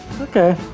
Okay